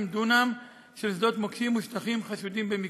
דונם של שדות מוקשים ושטחים חשודים במיקוש.